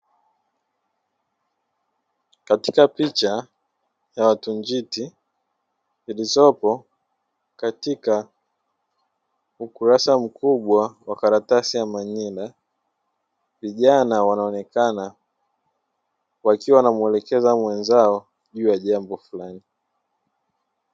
Katika picha ya watu njiti zilizopo katika ukurasa mkubwa wa karatasi ya manila, vijana wanaonekana wakiwa wanamuelekeza mwenzao juu jambo fulani.